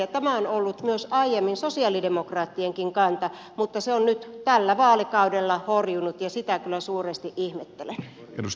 tämä on ollut aiemmin sosialidemokraattienkin kanta mutta se on nyt tällä vaalikaudella horjunut ja sitä kyllä suuresti ihmettelen